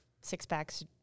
six-packs